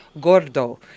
Gordo